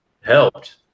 helped